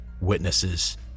Witnesses